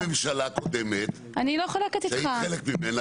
הייתה פה ממשלה קודמת שהיית חלק ממנה